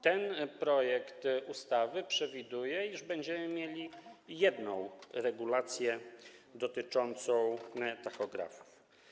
Ten projekt ustawy przewiduje, iż będziemy mieli jedną regulację dotyczącą tachografów.